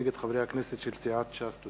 נגד חברי הכנסת של סיעת ש"ס.